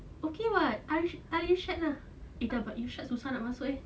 okay [what] al al-irsyad ah eh but al-irsyad susah nak masuk eh